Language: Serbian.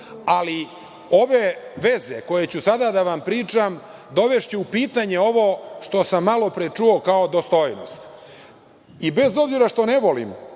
ali ove veze koje ću sada da vam pričam dovešće u pitanje ovo što sam malopre čuo kao dostojnost. Bez obzira što ne volim